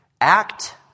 act